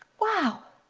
wow,